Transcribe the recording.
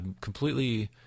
completely